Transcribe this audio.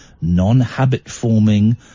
non-habit-forming